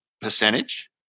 percentage